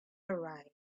arise